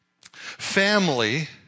Family